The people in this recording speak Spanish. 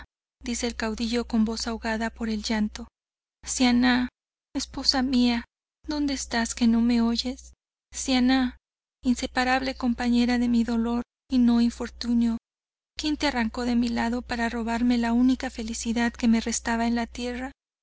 voz ahogada por el llanto siannah esposa mía donde estas que no me oyes siannah inseparable compañera de mi dolor y no infortunio quien te arranco de mi lado para robarme la única felicidad que me restaba en la tierra